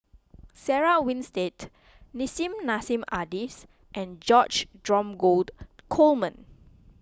Sarah Winstedt Nissim Nassim Adis and George Dromgold Coleman